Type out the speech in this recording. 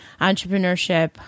entrepreneurship